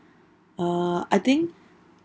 uh I think